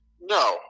no